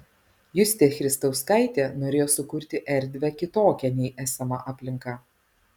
justė christauskaitė norėjo sukurti erdvę kitokią nei esama aplinka